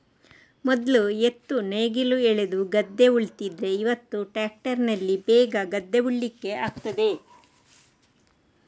ಮೊದ್ಲು ಎತ್ತು ನೇಗಿಲು ಎಳೆದು ಗದ್ದೆ ಉಳ್ತಿದ್ರೆ ಇವತ್ತು ಟ್ರ್ಯಾಕ್ಟರಿನಲ್ಲಿ ಬೇಗ ಗದ್ದೆ ಉಳ್ಳಿಕ್ಕೆ ಆಗ್ತದೆ